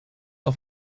auf